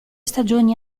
stagioni